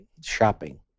shopping